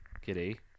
Kitty